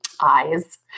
eyes